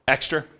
Extra